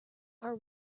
are